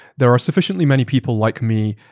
there are sufficiently many people like me,